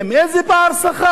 איזה פער שכר,